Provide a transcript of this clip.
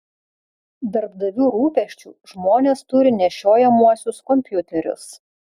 darbdavių rūpesčiu žmonės turi nešiojamuosius kompiuterius